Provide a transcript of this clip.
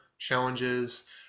challenges